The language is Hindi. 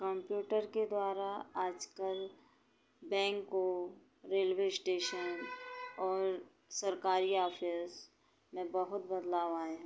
कंप्यूटर के द्वारा आजकल बैंको रेलवे स्टेशन और सरकारी आफिस में बहुत बदलाव आए हैं